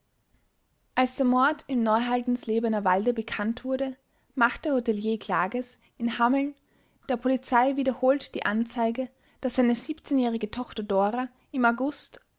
als der mord im neuhaldenslebener walde bekannt wurde machte hotelier klages in hameln der polizei wiederholt die anzeige daß seine siebzehnjährige tochter dora im august